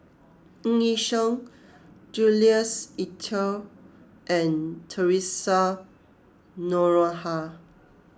Ng Yi Sheng Jules Itier and theresa Noronha